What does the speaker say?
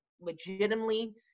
legitimately